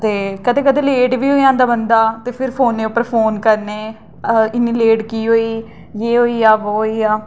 ते कदें कदें लेट बी होई जंदा बंदा ते फ्ही फोनै पर फोन करने इन्नी लेट की होई एह् होई गेआ ओह् होई गेआ